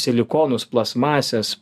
silikonus plastmasės